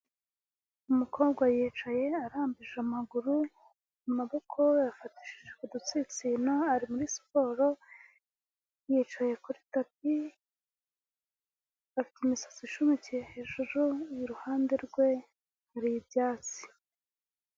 Umukobwa yicaye arambije amaguru amaboko yafatishije udutsinsino ari muri siporo, yicaye kuri tapi, afite imisatsi ishumikiye hejuru, iruhande rwe hari ibyatsi.